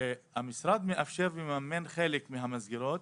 מאפשר ומממן חלק מהמסגרות,